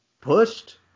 Pushed